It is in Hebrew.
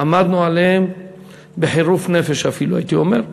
עמדנו עליהם בחירוף נפש אפילו, הייתי אומר.